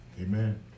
Amen